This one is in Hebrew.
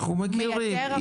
אנחנו מכירים.